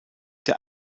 der